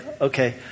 okay